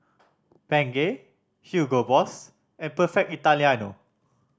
Bengay Hugo Boss and Perfect Italiano